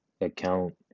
account